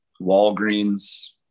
Walgreens